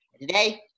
Today